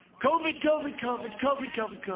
covid, covid, covid, covid, covid,